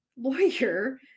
lawyer